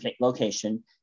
location